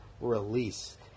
release